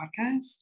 podcast